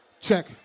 check